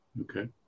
Okay